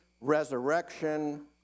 resurrection